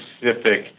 specific